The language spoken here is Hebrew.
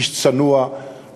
איש צנוע,